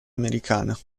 americana